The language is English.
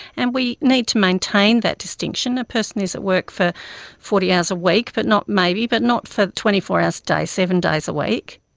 and we need to maintain that distinction. a person is at work for forty hours a week but maybe, but not for twenty four hours a day, seven days a week.